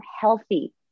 healthy